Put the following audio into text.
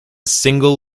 single